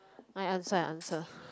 I answer I answer